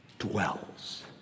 dwells